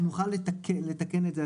אין לנו בעיה לתקן את זה.